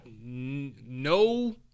No